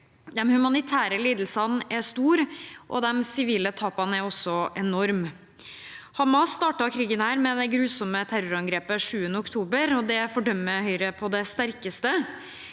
De humanitære lidelsene er store, og de sivile tapene er også enorme. Hamas startet krigen med de grusomme terrorangrepene 7. oktober, og det fordømmer Høyre på det sterkeste.